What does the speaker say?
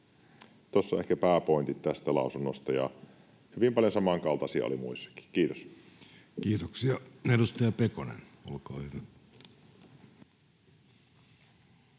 Tuossa ehkä pääpointit tästä lausunnosta, ja hyvin paljon samankaltaisia oli muissakin. — Kiitos. Kiitoksia. — Edustaja Pekonen, olkaa hyvä.